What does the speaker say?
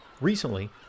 Recently